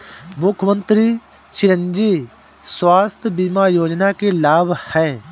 मुख्यमंत्री चिरंजी स्वास्थ्य बीमा योजना के क्या लाभ हैं?